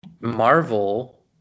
Marvel